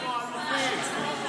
אנחנו אלופים.